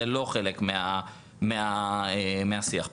זה לא חלק מהשיח פה.